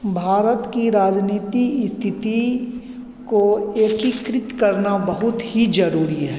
भारत की राजनीति इस्थिति को एकीकृत करना बहुत ही ज़रूरी है